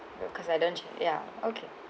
because I don't ch~ yeah okay